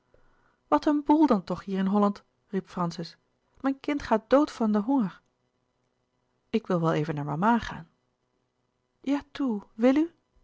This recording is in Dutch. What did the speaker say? wat een boel dan toch hier in holland riep francis mijn kind gaat dood van den honger ik wil wel even naar mama gaan ja toe wil u